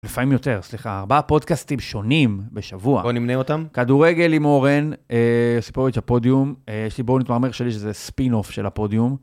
לפעמים יותר, סליחה, ארבעה פודקאסטים שונים בשבוע. בוא נמנה אותם. כדורגל עם אורן, אה.. ספורט את הפודיום. יש לי בואו נתמרמר שלי שזה ספינוף של הפודיום.